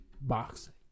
boxing